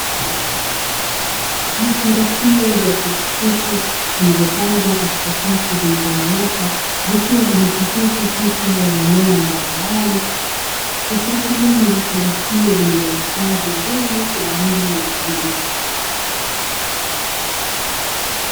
Vifungashio vya plastiki, vikivyopangwa katika safu iliyonyooka, vikiwa vimechapishwa picha za mimea mbalimbali, ikiashiria ni vifungashio vilivyohifadhi mbegu kwa ajili ya kilimo.